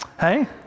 hey